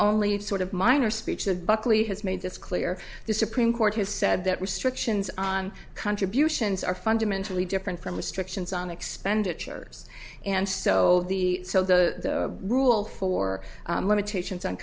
only sort of minor speech the buckley has made this clear the supreme court has said that restrictions on contributions are fundamentally different from restrictions on expenditures and so so the rule for limitations on